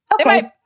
okay